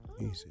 Easy